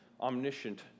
omniscient